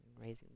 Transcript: Raising